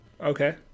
Okay